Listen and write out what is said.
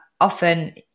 often